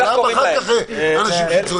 שומעים משרדי ממשלה ואחר כך אנשים חיצוניים.